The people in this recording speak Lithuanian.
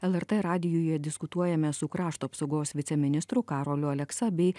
lrt radijuje diskutuojame su krašto apsaugos viceministru karoliu aleksa bei